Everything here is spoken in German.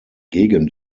gegen